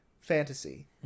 fantasy